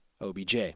OBJ